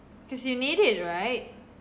cause you need it right